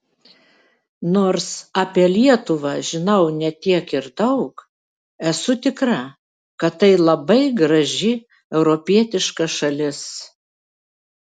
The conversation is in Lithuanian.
nors apie lietuvą žinau ne tiek ir daug esu tikra kad tai labai graži europietiška šalis